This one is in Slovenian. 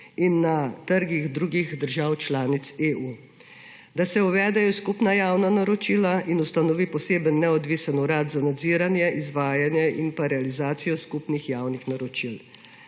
in na trgih drugih držav članic EU; da se uvedejo skupna javna naročila in ustanovi poseben neodvisen urad za nadziranje, izvajanje in pa realizacijo skupnih javnih naročil;